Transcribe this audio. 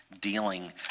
dealing